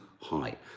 high